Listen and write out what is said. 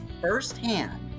firsthand